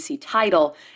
title